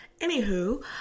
anywho